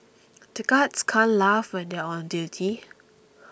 the guards can't laugh when they are on duty